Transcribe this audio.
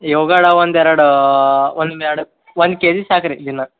ಯೋಗಾಡ ಒಂದೆರಡು ಒಂದೆರಡು ಒಂದು ಕೆ ಜಿ ಸಾಕು ರೀ ದಿನಾ